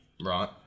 Right